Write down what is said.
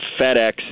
FedEx